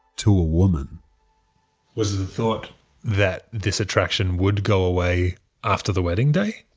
to a woman was the thought that this attraction would go away after the wedding day?